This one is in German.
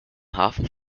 hafen